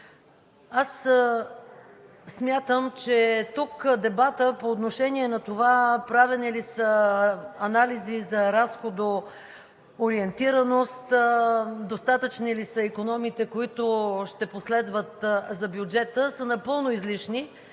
Аз смятам, че тук дебатът по отношение на това правени ли са анализи за разходоориентираност, достатъчни ли са икономиите, които ще последват за бюджета, са напълно излишни,